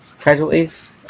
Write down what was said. casualties